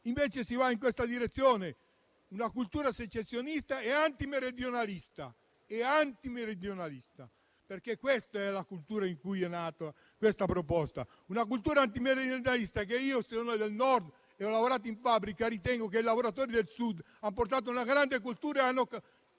fare. Si va invece in direzione di una cultura secessionista e antimeridionalista, perché è la cultura in cui è nata questa proposta. È una cultura antimeridionalista. Io sono del Nord, ho lavorato in fabbrica e ritengo che i lavoratori del Sud abbiano portato una grande cultura e anche